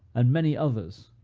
and many others,